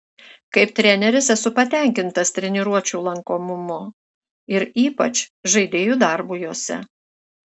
kaip treneris esu patenkintas treniruočių lankomumu ir ypač žaidėjų darbu jose